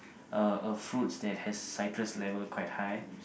uh a fruits that has citrus level quite high